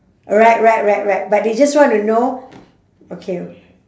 right right right right but they just want to know okay